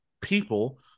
people